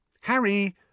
Harry